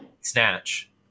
snatch